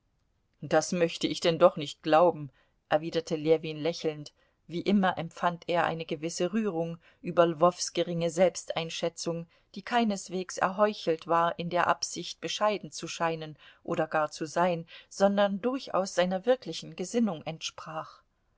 das möchte ich denn doch nicht glauben erwiderte ljewin lächelnd wie immer empfand er eine gewisse rührung über lwows geringe selbsteinschätzung die keineswegs erheuchelt war in der absicht bescheiden zu scheinen oder gar zu sein sondern durchaus seiner wirklichen gesinnung entsprach